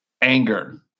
anger